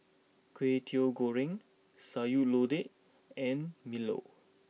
Kwetiau Goreng Sayur Lodeh and Milo